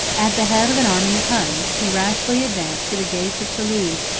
at the head of an army of huns, he rashly advanced to the gates of thoulouse,